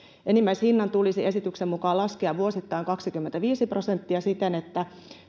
enimmäishinnan tulisi esityksen mukaan laskea vuosittain kaksikymmentäviisi prosenttia siten että